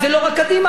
זה גם מרצ,